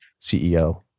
CEO